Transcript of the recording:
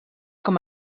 com